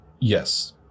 Yes